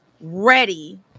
ready